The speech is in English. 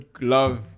love